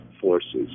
forces